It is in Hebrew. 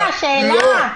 שאלה.